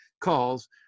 calls